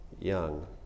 young